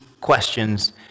questions